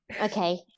Okay